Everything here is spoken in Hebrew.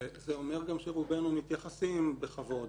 וזה אומר גם שרובנו מתייחסים בכבוד